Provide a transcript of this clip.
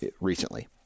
recently